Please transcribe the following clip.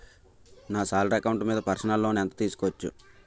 నా salary account మీద personal loan ఎంత తీసుకోవచ్చు?